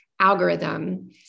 algorithm